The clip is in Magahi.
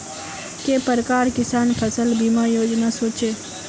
के प्रकार किसान फसल बीमा योजना सोचें?